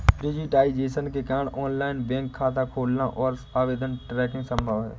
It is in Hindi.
डिज़िटाइज़ेशन के कारण ऑनलाइन बैंक खाता खोलना और आवेदन ट्रैकिंग संभव हैं